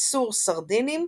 יצור סרדינים,